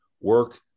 work